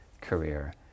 career